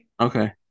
Okay